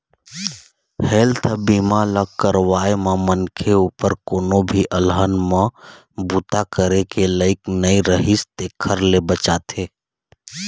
health बीमा ल करवाए म मनखे उपर कोनो भी अलहन म बूता करे के लइक नइ रिहिस तेखर ले बचाथे